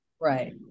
Right